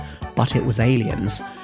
butitwasaliens